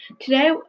Today